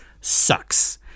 sucks